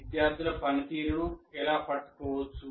విద్యార్థుల పనితీరును ఇలా పట్టుకోవచ్చు